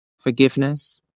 forgiveness